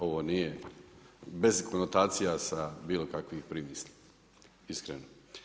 Ovo nije bez konotacija sa bilo kakvim primislima, iskreno.